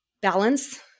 balance